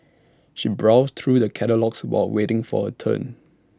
she browsed through the catalogues while waiting for her turn